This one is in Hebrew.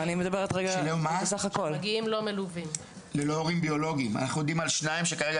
שמעו רוסית וניתקו את השיחה.